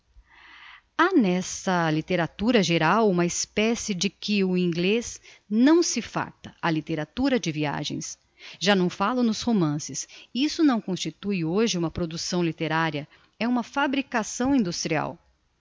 ha n'esta litteratura geral uma especie de que o inglez não se farta a litteratura de viagens já não fallo nos romances isso não constitue hoje uma producção litteraria é uma fabricação industrial